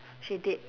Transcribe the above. she did